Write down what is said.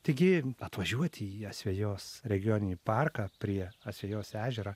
taigi atvažiuoti į asvejos regioninį parką prie asvejos ežero